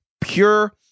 pure